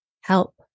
help